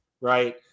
right